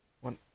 one